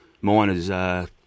miners